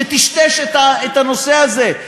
שטשטש את הנושא הזה,